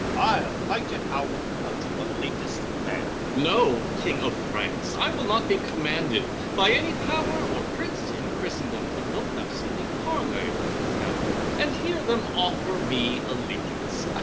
i'll fight it out unto the latest man. know, king of france, i will not be commanded by any power or prince in christendom, but wilt thou see me parley with the town, and hear them offer me allegiance,